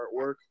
artwork